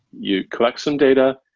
you collect some data,